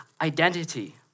identity